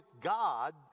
God